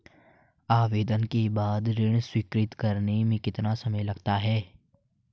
आवेदन के बाद ऋण स्वीकृत करने में कितना समय लगता है?